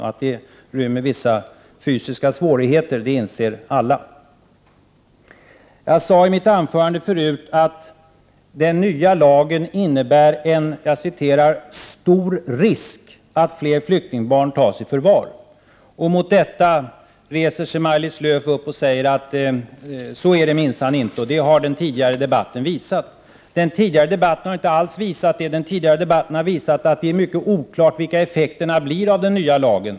Att det rymmer vissa fysiska svårigheter inser alla. Jag sade i mitt anförande att den nya lagen medför en stor risk för att flera flyktingbarn tas i förvar. Med anledning av detta reste sig Maj-Lis Lööw och sade att så är det minsann inte, och det har den tidigare debatten visat. Den tidigare debatten har inte alls visat det. Den har i stället visat att det är mycket oklart vilka effekter det kommer att bli av den nya lagen.